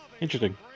Interesting